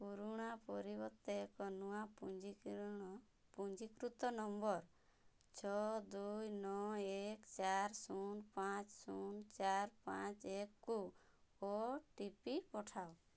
ପୁରୁଣା ପରିବର୍ତ୍ତେ ଏକ ନୂଆ ପଞ୍ଜିକରଣ ପଞ୍ଜୀକୃତ ନମ୍ବର ଛଅ ଦୁଇ ନଅ ଏକ ଚାରି ଶୂନ ପାଞ୍ଚ ଶୂନ ଚାରି ପାଞ୍ଚ ଏକ କୁ ଓ ଟି ପି ପଠାଅ